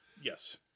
Yes